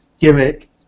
gimmick